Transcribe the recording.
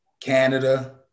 Canada